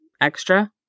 extra